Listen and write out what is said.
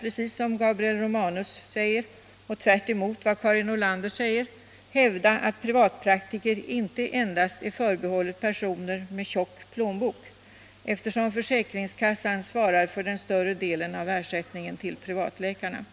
Precis som Gabriel Romanus säger och tvärt emot vad Karin Nordlander säger vill jag hävda att privatpraktiker inte är förbehållna endast personer med tjock plånbok, eftersom försäkringskassan svarar för den större delen av ersättningen till privatläkare.